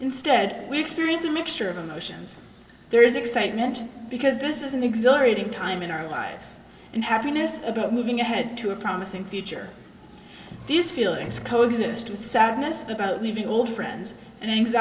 instead we experience a mixture of emotions there is excitement because this is an exhilarating time in our lives and happiness about moving ahead to a promising future these feelings coexist with sadness about leaving old friends and